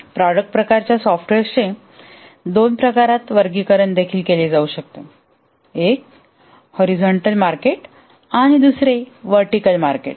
product प्रकारच्या सॉफ़्ट्वेअर्सचे दोन प्रकारात वर्गीकरण देखील केले जाऊ शकते एक हॉरिझॉन्टल मार्केट आणि दुसरे व्हर्टीकल मार्केट